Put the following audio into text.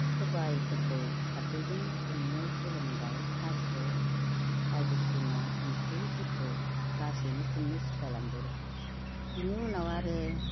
सबायफोरखौ खारदैजों संनो सोलोंबाय थास' बायदिसिना ओंख्रिफोरखौ लासैनो संनो सोलोंलांदों र' बेनि उनाव आरो